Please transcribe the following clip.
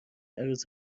عروس